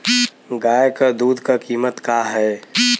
गाय क दूध क कीमत का हैं?